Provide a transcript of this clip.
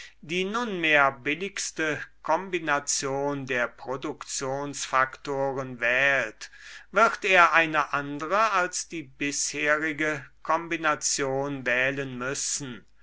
die nunmehr billigste kombination der produktionsfaktoren wählt wird er eine andere als die bisherige kombination wählen müssen